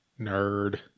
Nerd